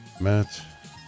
Matt